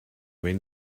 mean